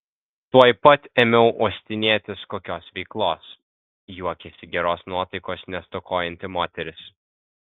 tuoj pat ėmiau uostinėtis kokios veiklos juokėsi geros nuotaikos nestokojanti moteris